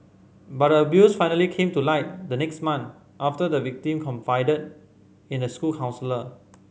but the abuse finally came to light the next month after the victim confided in a school counsellor